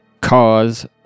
Cause